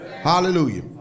Hallelujah